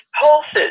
pulses